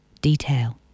detail